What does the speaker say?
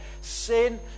sin